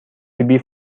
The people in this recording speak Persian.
فیبی